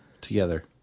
together